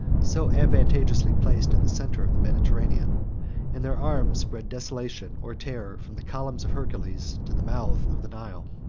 so advantageously placed in the centre of the mediterranean and their arms spread desolation, or terror, from the columns of hercules to the mouth of the nile.